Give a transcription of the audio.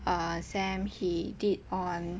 uh sam he did on